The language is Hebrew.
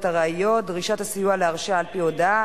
הראיות (דרישת הסיוע להרשעה על-פי הודאה),